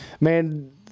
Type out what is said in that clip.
man